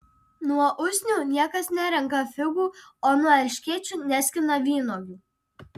nuo usnių niekas nerenka figų o nuo erškėčių neskina vynuogių